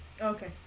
Okay